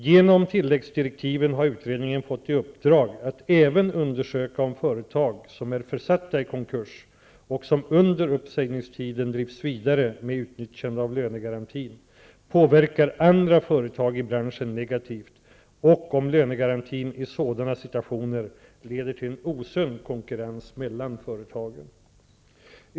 Genom tilläggsdirektiven har utredningen fått i uppdrag att även undersöka om företag som är försatta i konkurs och som under uppsägningstiden drivs vidare med utnyttjande av lönegarantin påverkar andra företag i branschen negativt och om lönegarantin i sådana situationer leder till en osund konkurrens mellan företagen.